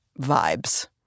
vibes